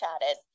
chatted